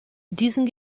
diesen